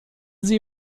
sie